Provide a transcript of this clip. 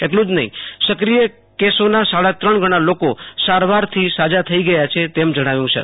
એટલું જ નફીં સક્રિય કેસોના સાડા ત્રણ ગણાં લોકો સારવારથી સારા થઈ ગયા છે તેમ જણાવ્યું હતું